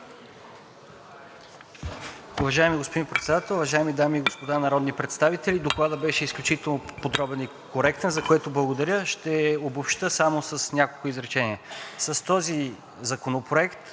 Уважаеми господин Председател, уважаеми дами и господа народни представители! Докладът беше изключително подробен и коректен, за което благодаря. Ще обобщя само с няколко изречения. С този законопроект